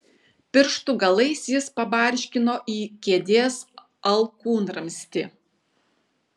pirštų galais jis pabarškino į kėdės alkūnramstį